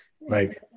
Right